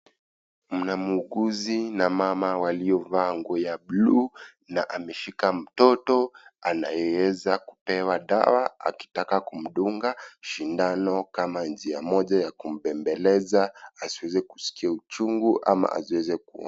Mna muuguzi na mama waliovaa nguo ya buluu na ameshika mtoto anayeweza kupewa dawa akitaka kumdunga shindano kama njia moja ya kumbembeleza asiweze kuskia uchungu ama asiweze kuo.